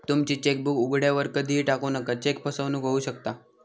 तुमची चेकबुक उघड्यावर कधीही टाकू नका, चेक फसवणूक होऊ शकता